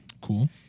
Cool